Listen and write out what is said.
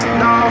no